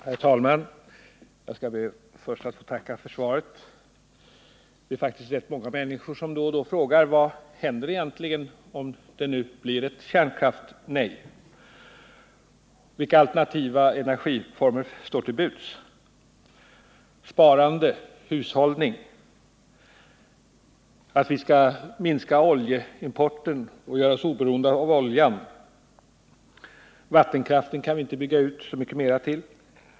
Herr talman! Jag skall först be att få tacka för svaret. Det är faktiskt rätt många människor som då och då frågar: Vad händer egentligen om det blir ett kärnkraftsnej? Vilka alternativa energiformer står till buds? Skall vi spara och hushålla, minska oljeimporten och göra oss oberoende av oljan? Vattenkraften kan vi inte bygga ut så mycket mer.